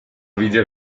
widzę